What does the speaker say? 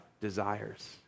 desires